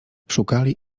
szukali